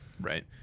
Right